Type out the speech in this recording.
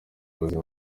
ubuzima